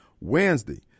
Wednesday